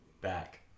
back